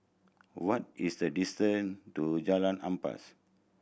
what is the distance to Jalan Ampas